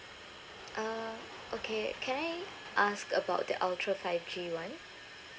uh okay can I ask about the ultra five G one